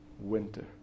winter